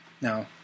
now